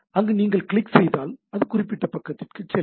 அங்கு நீங்கள் கிளிக் செய்தால் அது குறிப்பிட்ட பக்கத்திற்கு செல்லும்